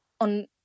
on